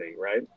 right